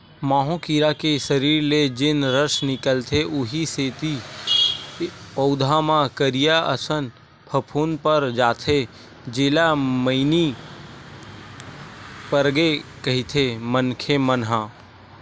माहो कीरा के सरीर ले जेन रस निकलथे उहीं सेती पउधा म करिया असन फफूंद पर जाथे जेला मइनी परगे कहिथे मनखे मन ह